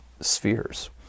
spheres